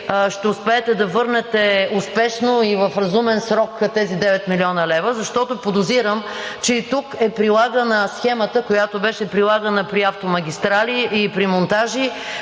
ще успеете да върнете успешно и в разумен срок тези 9 млн. лв., защото подозирам, че и тук е прилагана схемата, която беше прилагана при „Автомагистрали“ и при „Монтажи“